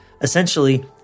essentially